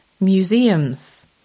museums